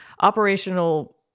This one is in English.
operational